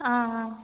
ஆ ஆ